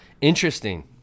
Interesting